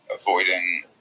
avoiding